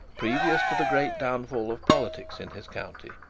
previous to the great downfall of politics in his country,